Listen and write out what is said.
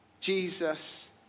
Jesus